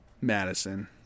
Madison